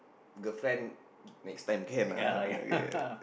girlfriend next time can lah yeah